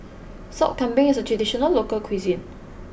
Sop Kambing is a traditional local cuisine